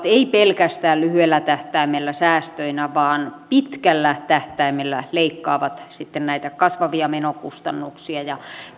ei pelkästään lyhyellä tähtäimellä säästöinä vaan pitkällä tähtäimellä leikkaavat sitten näitä kasvavia menokustannuksia ja